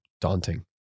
daunting